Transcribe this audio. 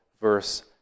verse